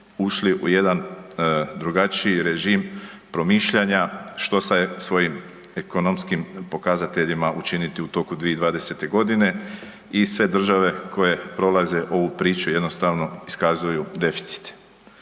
ušli u jedan drugačiji režim promišljanja, što sa svojim ekonomskim pokazateljima učiniti u toku 2020. g. i sve države koje prolaze ovu priču, jednostavno, iskazuju deficit.